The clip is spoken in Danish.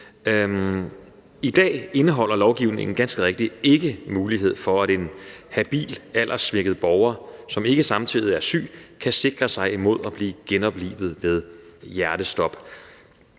I dag indeholder lovgivningen ganske rigtigt ikke mulighed for, at en habil alderssvækket borger, som ikke samtidig er syg, kan sikre sig imod at blive genoplivet ved hjertestop.